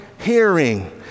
hearing